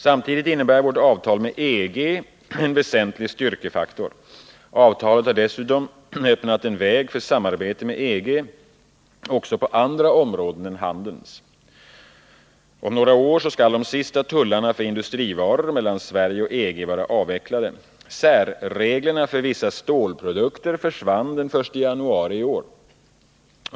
Samtidigt innebär vårt avtal med EG en väsentlig styrkefaktor. Avtalet har dessutom öppnat en väg för samarbete med EG också på andra områden än handelns. Om några år skall de sista tullarna för industrivaror mellan Sverige och EG vara avvecklade. Särreglerna för vissa stålprodukter försvann den 1 januari i år.